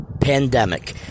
pandemic